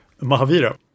Mahavira